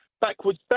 backwards